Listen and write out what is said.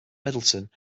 middleton